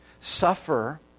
suffer